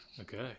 okay